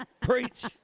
Preach